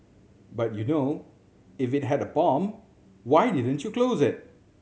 but you know if it had a bomb why didn't you close it